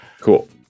cool